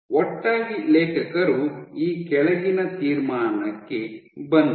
ಒಟ್ಟಾಗಿ ಲೇಖಕರು ಈ ಕೆಳಗಿನ ತೀರ್ಮಾನಕ್ಕೆ ಬಂದರು